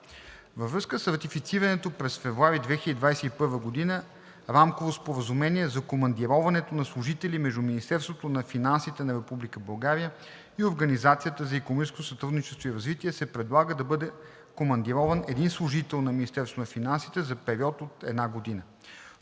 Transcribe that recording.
Във връзка с ратифицираното през февруари 2021 г. Рамково споразумение за командироването на служители между Министерството на финансите на Република България и Организацията за икономическо сътрудничество и развитие се предлага да бъде командирован един служител на Министерството на финансите за период от една година.